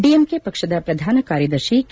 DMK ಪಕ್ಷದ ಪ್ರಧಾನ ಕಾರ್ಯದರ್ತಿ ಕೆ